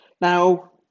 Now